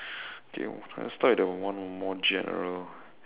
okay let's start with the one more general